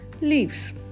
leaves